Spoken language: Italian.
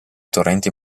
torrenti